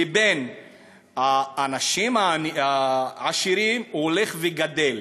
לבין האנשים העשירים הולך וגדל.